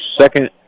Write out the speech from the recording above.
second